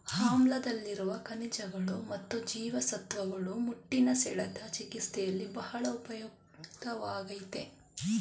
ಆಮ್ಲಾದಲ್ಲಿರುವ ಖನಿಜಗಳು ಮತ್ತು ಜೀವಸತ್ವಗಳು ಮುಟ್ಟಿನ ಸೆಳೆತ ಚಿಕಿತ್ಸೆಯಲ್ಲಿ ಬಹಳ ಉಪಯುಕ್ತವಾಗಯ್ತೆ